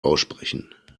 aussprechen